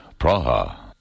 Praha